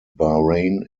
bahrain